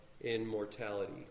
immortality